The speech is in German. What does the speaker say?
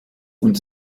und